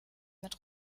mit